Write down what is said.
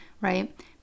right